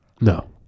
No